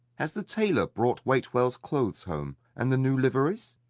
has the tailor brought waitwell's clothes home, and the new liveries?